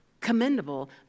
commendable